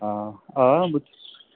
آ آ بہٕ چھُس